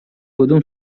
کدوم